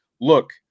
look